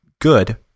good